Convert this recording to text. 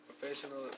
professional